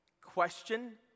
question